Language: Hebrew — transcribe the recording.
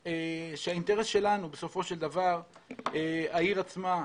שהאינטרס שלנו בסופו של דבר הוא העיר עצמה,